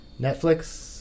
Netflix